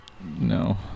No